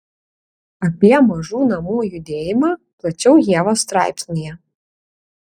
apie mažų namų judėjimą plačiau ievos straipsnyje